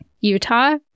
Utah